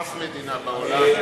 אף מדינה בעולם,